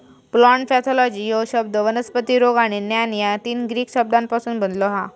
plant pathology ह्यो शब्द वनस्पती रोग आणि ज्ञान या तीन ग्रीक शब्दांपासून बनलो हा